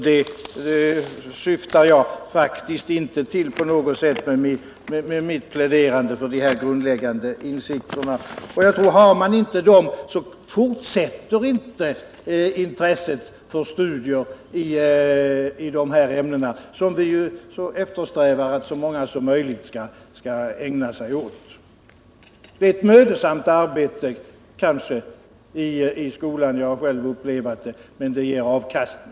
Det syftar jag faktiskt inte på något sätt till med mitt pläderande för dessa grundläggande insikter. Har man inte de grundläggande insikterna fortsätter inte intresset för studier i de här ämnena, som vi eftersträvar att så många som möjligt skall ägna sig åt. Det är kanske ett mödosamt arbete i skolan —jag har själv upplevt det — men det ger avkastning.